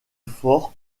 fort